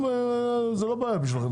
זה לא בעיה בשבילכם.